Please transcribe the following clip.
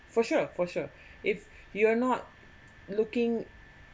for sure for sure if you're not looking